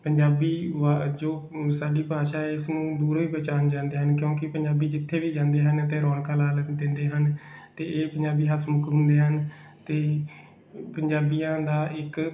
ਪੰਜਾਬੀ ਵਾ ਜੋ ਸਾਡੀ ਭਾਸ਼ਾ ਹੈ ਇਸਨੂੰ ਦੂਰੋਂ ਹੀ ਪਹਿਚਾਣ ਜਾਂਦੇ ਹਨ ਕਿਉਂਕਿ ਪੰਜਾਬੀ ਜਿੱਥੇ ਵੀ ਜਾਂਦੇ ਹਨ ਅਤੇ ਰੌਣਕਾਂ ਲਾ ਲੈ ਦਿੰਦੇ ਹਨ ਅਤੇ ਇਹ ਪੰਜਾਬੀ ਹਸਮੁੱਖ ਹੁੰਦੇ ਹਨ ਅਤੇ ਪੰਜਾਬੀਆਂ ਦਾ ਇੱਕ